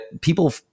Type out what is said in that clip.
people